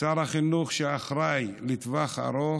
שר החינוך, שאחראי לטווח הארוך,